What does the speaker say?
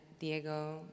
Diego